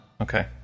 Okay